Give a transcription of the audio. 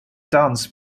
dance